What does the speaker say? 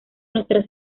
nuestra